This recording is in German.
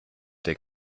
der